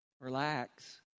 relax